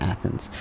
Athens